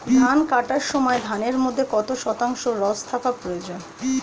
ধান কাটার সময় ধানের মধ্যে কত শতাংশ রস থাকা প্রয়োজন?